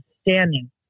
standing